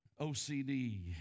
OCD